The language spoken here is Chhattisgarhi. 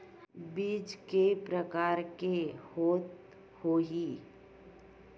बीज के प्रकार के होत होही?